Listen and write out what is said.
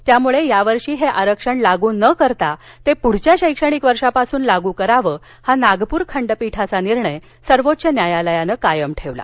त्यामुळे यावर्षी हे आरक्षण लागू न करता ते पुढील शैक्षणिक वर्षापासून लागू करावं हा नागपूर खंडपीठाचा निर्णय सर्वोच्च न्यायालयानं कायम ठेवला